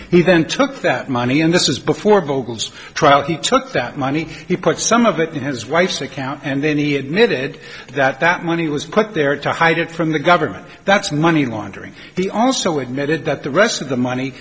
then took that money and this is before vogels trial he took that money he put some of it in his wife's account and then he admitted that that money was put there to hide it from the government that's money laundering he also admitted that the rest of the money